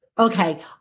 Okay